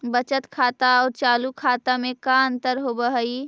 बचत खाता और चालु खाता में का अंतर होव हइ?